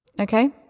Okay